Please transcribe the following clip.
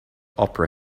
opera